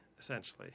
essentially